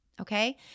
okay